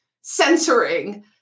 censoring